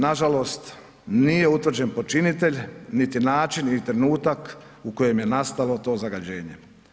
Nažalost, nije utvrđen počinitelj, niti način, niti trenutak u kojem je nastalo to zagađenje.